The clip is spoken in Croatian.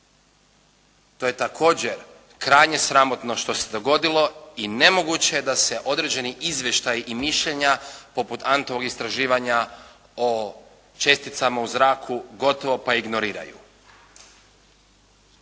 To je također krajnje sramotno što se dogodilo i nemoguće je da se određeni izvještaji i mišljenja poput «Antovog» istraživanja o česticama u zraku gotovo pa ignoriraju.